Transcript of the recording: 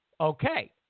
okay